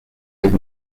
with